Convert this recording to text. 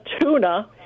tuna